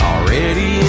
Already